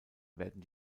werden